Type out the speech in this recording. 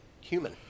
human